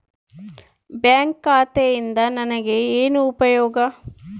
Bank ಖಾತೆಯಿಂದ ನನಗೆ ಏನು ಉಪಯೋಗ?